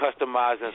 customizing